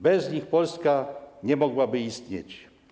Bez nich Polska nie mogłaby istnieć.